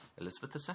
Elizabeth